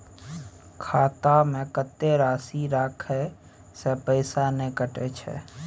खाता में कत्ते राशि रखे से पैसा ने कटै छै?